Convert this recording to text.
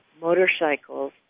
motorcycles